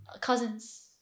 cousins